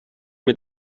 mit